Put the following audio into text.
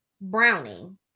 browning